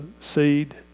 seed